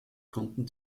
konnten